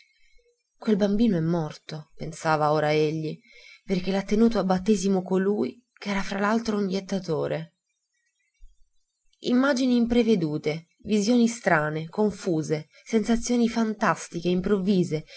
quel bambino è morto pensava ora egli perché l'ha tenuto a battesimo colui ch'era fra l'altro un jettatore immagini imprevedute visioni strane confuse sensazioni fantastiche improvvise